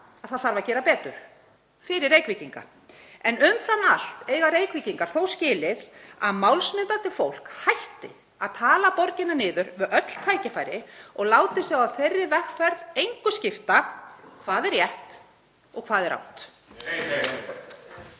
að það þarf að gera betur fyrir Reykvíkinga. En umfram allt eiga Reykvíkingar þó skilið að málsmetandi fólk hætti að tala borgina niður við öll tækifæri og láti sig á þeirri vegferð engu skipta hvað er rétt og hvað er rangt.